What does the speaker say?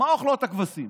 מה אוכלות הכבשים?